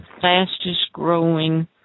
fastest-growing